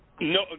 No